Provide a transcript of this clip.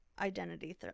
identity